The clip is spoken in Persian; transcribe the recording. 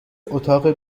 اتاق